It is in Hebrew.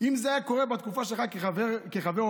אם זה היה קורה בתקופה שלך כחבר אופוזיציה,